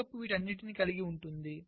పై కప్పు వీటన్నింటిని కలిగి ఉంటుంది